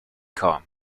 calm